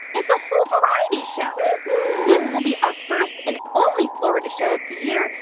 it's a whole variety show this will be our first and only florida show of the year,